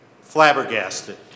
flabbergasted